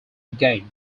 again